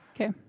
Okay